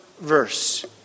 verse